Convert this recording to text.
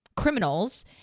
criminals